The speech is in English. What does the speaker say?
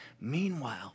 Meanwhile